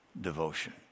devotion